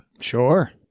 Sure